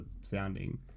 sounding